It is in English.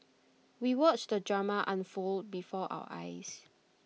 we watched the drama unfold before our eyes